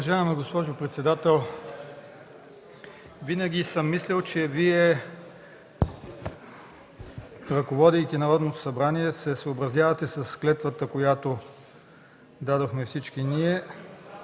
Уважаема госпожо председател, винаги съм мислил, че Вие, ръководейки Народното събрание, се съобразявате с клетвата, която дадохме всички ние,